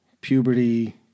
puberty